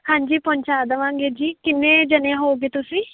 ਹਾਂਜੀ ਪਹੁੰਚਾ ਦੇਵਾਂਗੇ ਜੀ ਕਿੰਨੇ ਜਣੇ ਹੋਵੋਗੇ ਤੁਸੀਂ